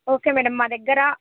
okay madam మా దగ్గర